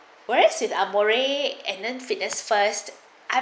whereas amoray and then fitness first I